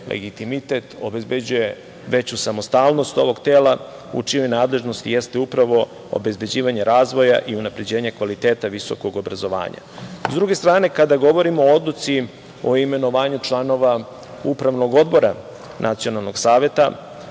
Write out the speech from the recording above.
legitimitet, veću samostalnog ovog tela u čijoj nadležnosti jeste upravo obezbeđivanje razvoja i unapređenje kvaliteta visokog obrazovanja.S druge strane, kada govorimo o Odluci o imenovanju članova Upravnog odbora Nacionalnog saveta